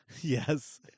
Yes